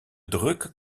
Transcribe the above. druk